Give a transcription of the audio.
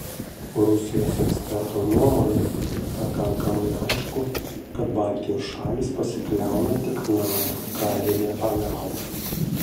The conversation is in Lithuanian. rusijos eksperto nuomone pakankamai aišku kad baltijos šalys pasikliauna tik nato karine pagalba